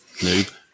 noob